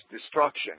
destruction